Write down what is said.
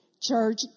Church